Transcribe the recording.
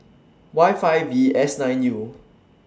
Y five V S nine U